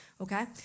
okay